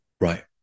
Right